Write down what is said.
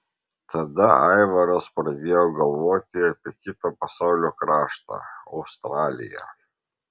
tada aivaras pradėjo galvoti apie kitą pasaulio kraštą australiją